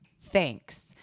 Thanks